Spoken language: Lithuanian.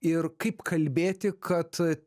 ir kaip kalbėti kad